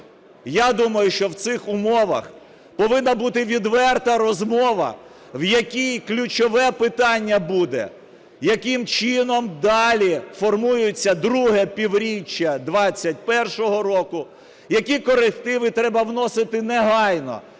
Я думаю, що в цих умовах повинна бути відверта розмова, в якій ключове питання буде – яким чином далі формується друге півріччя 2021 року? Які корективи треба вносити негайно?